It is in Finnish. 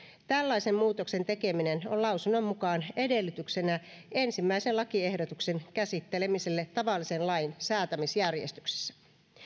tällaisen muutoksen tekeminen on lausunnon mukaan edellytyksenä ensimmäisen lakiehdotuksen käsittelemiselle tavallisen lain säätämisjärjestyksessä